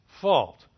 fault